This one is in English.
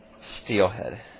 Steelhead